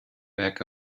back